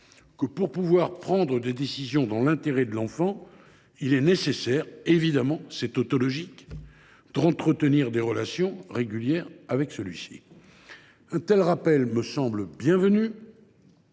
que, pour pouvoir prendre des décisions dans l’intérêt de l’enfant, il est évidemment nécessaire – c’est tautologique – d’entretenir des relations régulières avec celui ci. Un tel rappel me semble bienvenu